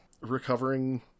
Recovering